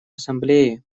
ассамблеи